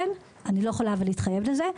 אבל אני לא יכולה להתחייב לזה,